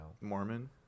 Mormon